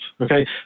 Okay